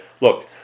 Look